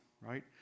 right